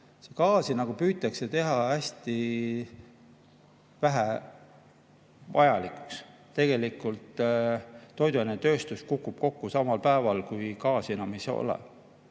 Gaasi nagu püütakse teha hästi vähevajalikuks. Tegelikult toiduainetööstus kukub kokku samal päeval, kui gaasi enam ei ole.